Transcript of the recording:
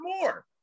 more